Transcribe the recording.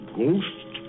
ghost